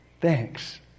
thanks